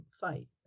fight